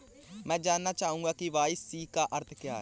मैं जानना चाहूंगा कि के.वाई.सी का अर्थ क्या है?